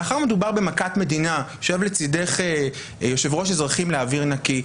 מאחר ומדובר במכת מדינה יושב לצידך יושב-ראש "אזרחים לאוויר נקי",